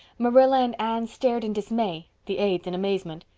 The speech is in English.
marilla and anne stared in dismay, the aids in amazement.